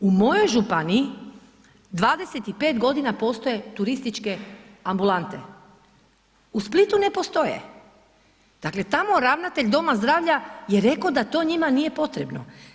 U mojoj županiji 25.g. postoje turističke ambulante, u Splitu ne postoje, dakle tamo ravnatelj doma zdravlja je reko da to njima nije potrebno.